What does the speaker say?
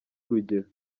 urugero